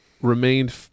Remained